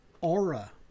aura